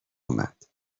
اومد